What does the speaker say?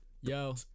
Yo